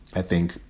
i think,